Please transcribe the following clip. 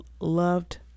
loved